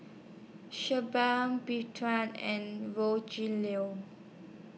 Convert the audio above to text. Shelba and Rogelio